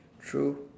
true